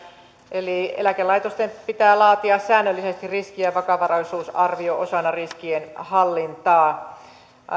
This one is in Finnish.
eli eläkelaitosten pitää laatia säännöllisesti riski ja vakavaraisuusarvio osana riskienhallintaa